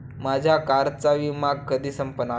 माझ्या कारचा विमा कधी संपणार